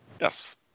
Yes